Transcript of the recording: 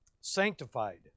Sanctified